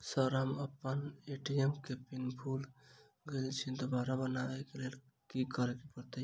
Sir हम अप्पन ATM केँ पिन भूल गेल छी दोबारा बनाबै लेल की करऽ परतै?